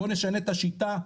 בואו נשנה את השיטה,